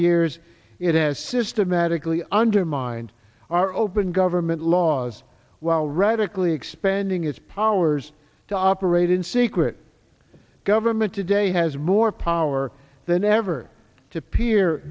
years it has systematically undermined our open government laws while radically expanding its powers to operate in secret government today has more power than ever to peer